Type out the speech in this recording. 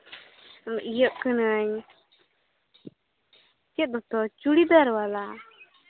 ᱤᱭᱟᱹᱜ ᱠᱟᱹᱱᱟᱹᱧ ᱪᱮᱫ ᱫᱚᱛᱚ ᱪᱩᱲᱤᱫᱟᱨ ᱵᱟᱞᱟ